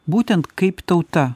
būtent kaip tauta